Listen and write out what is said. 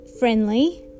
Friendly